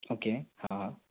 okay हाँ हाँ